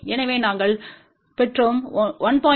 எனவே நாங்கள் பெற்றோம் 1